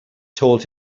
told